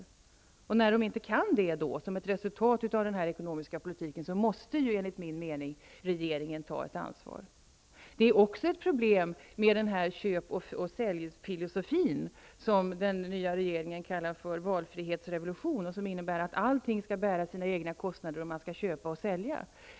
När detta, som ett resultat av den ekonomiska politiken, blir omöjligt för kommunerna, måste enligt min mening regeringen ta ett ansvar. Ett annat problem är den köp-och-sälj-filosofi som den nya regeringen kallar en valfrihetsrevolution och som innebär att allting skall bära sina egna kostnader och att allt skall köpas och säljas.